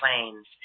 planes